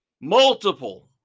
multiple